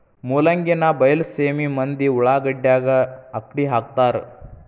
ಮೂಲಂಗಿನಾ ಬೈಲಸೇಮಿ ಮಂದಿ ಉಳಾಗಡ್ಯಾಗ ಅಕ್ಡಿಹಾಕತಾರ